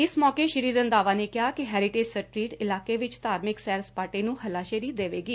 ਇਸ ਮੌਕੇ ਸ੍ਰੀ ਰੰਧਾਵਾ ਨੇ ਕਿਹਾ ਕਿ ਹੈਟੀਟੇਜ ਸਟ੍ਰੀਟ ਇਲਾਕੇ ਵਿਚ ਧਾਰਮਿਕ ਸੈਰ ਸਪਾਟੇ ਨੂੰ ਹੱਲਾਸ਼ੇਰੀ ਦੇਵੇਗੀ